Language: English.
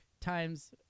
times—